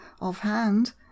offhand